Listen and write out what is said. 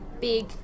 big